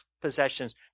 possessions